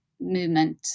movement